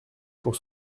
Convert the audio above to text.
pour